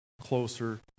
closer